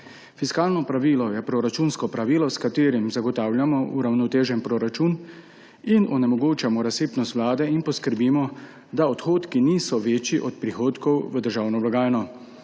Fiskalno pravilo je proračunsko pravilo, s katerim zagotavljamo uravnotežen proračun in onemogočamo razsipnost vlade ter poskrbimo, da odhodni niso večji od prihodkov v državno blagajno.